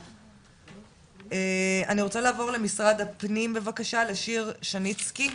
אני רוצה לעבור למשרד הפנים בבקשה, לשיר שניצקי.